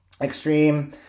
extreme